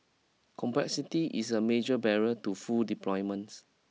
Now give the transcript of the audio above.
complexity is a major barrier to full deployments